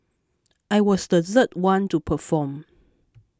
I was the third one to perform